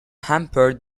hampered